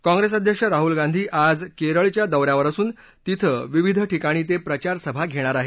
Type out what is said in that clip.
काँग्रेस अध्यक्ष राहूल गांधी आज केरळच्या दौ यावर असून तिथं विविध ठिकाणी ते प्रचारसभा घेणार आहेत